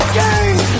game